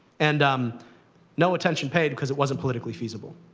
and um no attention paid, because it wasn't politically feasible.